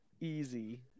Easy